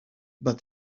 but